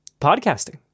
podcasting